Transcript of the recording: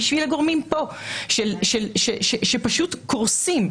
בשביל הגורמים פה שפשוט קורסים,